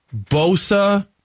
Bosa